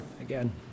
again